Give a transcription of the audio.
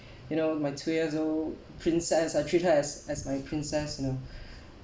you know my two years old princess I treat her as as my princess you know